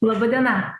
laba diena